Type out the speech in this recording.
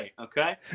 Okay